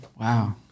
wow